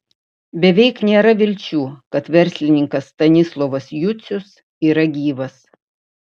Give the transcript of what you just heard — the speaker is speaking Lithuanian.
beveik nėra vilčių kad verslininkas stanislovas jucius yra gyvas